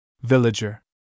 Villager